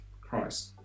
Christ